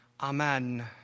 Amen